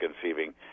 conceiving